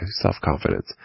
self-confidence